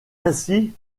ainsi